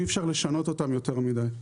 ואי אפשר לשנות אותם יותר מדי.